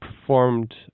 performed